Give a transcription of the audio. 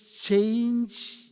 change